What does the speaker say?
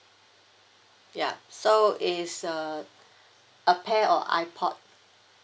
yup so it's uh a pair of ipod